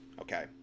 okay